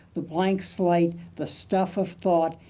the blank slate, the stuff of thought,